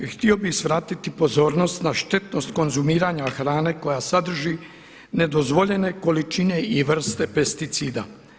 Htio bih svratiti pozornost na štetnost konzumiranja hrane koja sadrži nedozvoljene količine i vrste pesticida.